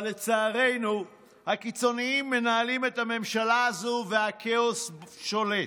אבל לצערנו הקיצוניים מנהלים את הממשלה הזו והכאוס שולט.